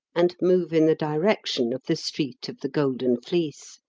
and move in the direction of the street of the golden fleece.